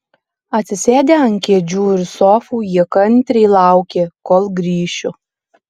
atsisėdę ant kėdžių ir sofų jie kantriai laukė kol grįšiu